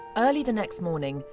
early the next morning,